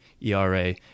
ERA